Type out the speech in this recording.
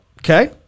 Okay